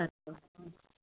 अच्छा